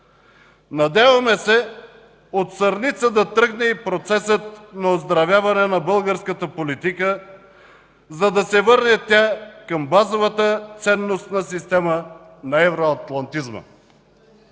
Надяваме се от Сърница да тръгне и процесът на оздравяване на българската политика, за да се върне тя към базовата ценностна система на евроатлантизма.